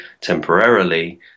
temporarily